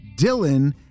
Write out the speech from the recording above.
Dylan